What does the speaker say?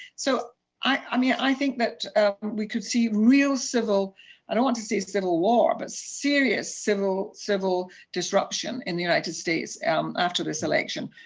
so i mean, i think that we could see real civil i don't want to say civil war, but serious civil civil disruption in the united states um after this election.